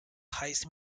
highest